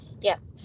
Yes